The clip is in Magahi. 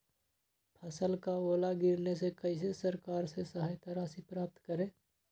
फसल का ओला गिरने से कैसे सरकार से सहायता राशि प्राप्त करें?